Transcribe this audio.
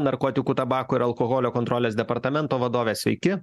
narkotikų tabako ir alkoholio kontrolės departamento vadovė sveiki